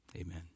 Amen